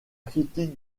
critique